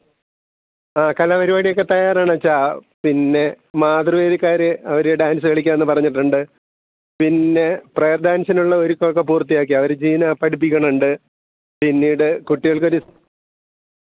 ആ കലാപരിപാടി ഒക്കെ തയ്യാറാണച്ഛാ പിന്നെ മാതൃവേദിക്കാർ അവർ ഡാൻസ് കളിക്കുകയെന്നു പറഞ്ഞിട്ടുണ്ട് പിന്നെ പ്രയർ ഡാൻസിനുള്ള ഒരുക്കമൊക്കെ പൂർത്തിയാക്കി അവർ ജീനാ പഠിപ്പിക്കുന്നുണ്ട് പിന്നീട് കുട്ടികൾക്കൊരു